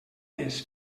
més